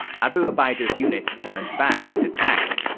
abu ubaidah's units turned back and attacked.